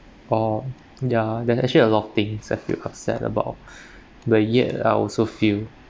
oh ya there's actually a lot of things I feel upset about but yet I also feel